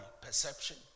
perception